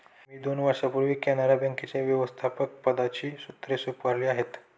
मी दोन वर्षांपूर्वी कॅनरा बँकेच्या व्यवस्थापकपदाची सूत्रे स्वीकारली आहेत